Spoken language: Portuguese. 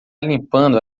limpando